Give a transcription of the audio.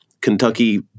Kentucky